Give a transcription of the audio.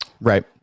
Right